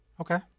Okay